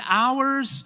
hours